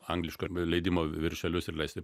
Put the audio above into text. angliško leidimo viršelius ir lesti